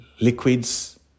liquids